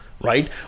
Right